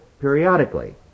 periodically